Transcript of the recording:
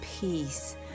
peace